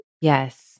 Yes